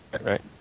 right